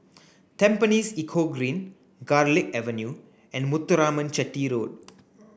Tampines Eco Green Garlick Avenue and Muthuraman Chetty Road